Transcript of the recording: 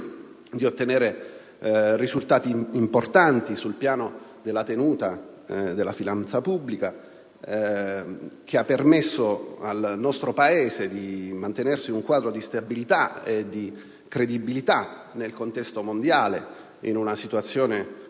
di ottenere risultati importanti sul piano della tenuta della finanza pubblica, che ha permesso al nostro Paese di mantenersi entro un quadro di stabilità e di credibilità nel contesto mondiale, in una